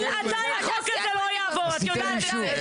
בלעדיי החוק הזה לא יעבור, את יודעת את זה.